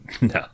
No